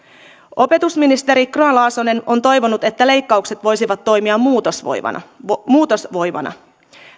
opetusministeri grahn laasonen on toivonut että leikkaukset voisivat toimia muutosvoimana muutosvoimana